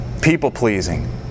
People-pleasing